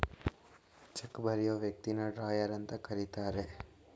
check ಬರಿಯೋ ವ್ಯಕ್ತಿನ drawer ಅಂತ ಕರಿತರೆ